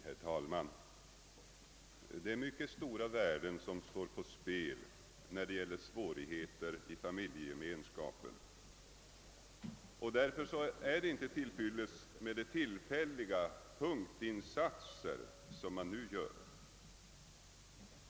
Herr talman! Det är mycket stora värden som står på spel när det gäller svårigheter i familjegemenskapen, och därför är det inte till fyllest med de tillfälliga punktinsatser som nu görs.